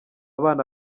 bana